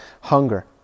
hunger